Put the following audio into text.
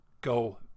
go